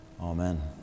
Amen